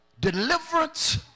Deliverance